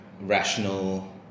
rational